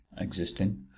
existing